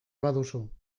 baduzu